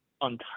on